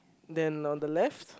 then on the left